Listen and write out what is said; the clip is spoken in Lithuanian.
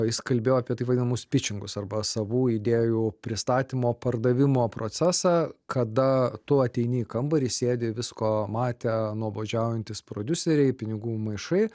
jis kalbėjo apie taip vadinamus pičingus arba savų idėjų pristatymo pardavimo procesą kada tu ateini į kambarį sėdi visko matę nuobodžiaujantys prodiuseriai pinigų maišai